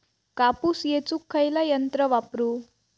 कापूस येचुक खयला यंत्र वापरू?